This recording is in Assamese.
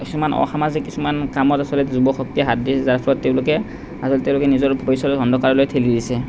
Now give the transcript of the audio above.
কিছুমান অসামাজিক কিছুমান কামত সমাজত আচলতে যুৱশক্তিয়ে হাত দিয়ে যাৰ ফলত তেওঁলোকে আৰু তেওঁলোকে নিজৰ ভৱিষ্যত অন্ধকাৰলৈ ঠেলি দিছে